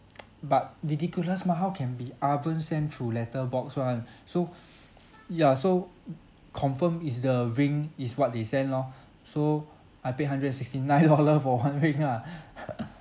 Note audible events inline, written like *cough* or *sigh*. *noise* but ridiculous mah how can be oven sent through letter box [one] so ya so uh confirm is the ring is what they send lor so I pay hundred and *laughs* sixty nine dollar one ring lah *laughs*